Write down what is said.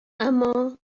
اما